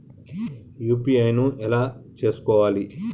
UPI ను ఎలా చేస్కోవాలి?